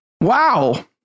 wow